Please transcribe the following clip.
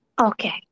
Okay